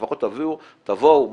לפחות תבואו,